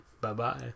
Bye-bye